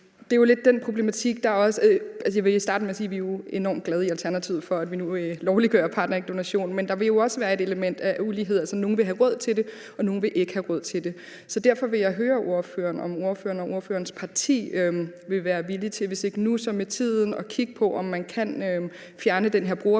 det her for at mindske uligheden. Jeg vil starte med at sige, vi er enormt glade i Alternativet for, at vi nu lovliggør partnerægdonation, men der vil jo også være et element af ulighed: Nogle vil have råd til det, og andre vil ikke have råd til det. Så derfor vil jeg høre ordføreren, om ordføreren og ordførerens parti vil være villige til – hvis ikke nu, så med tiden – at kigge på, om man kan fjerne den her brugerbetaling,